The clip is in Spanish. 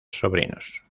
sobrinos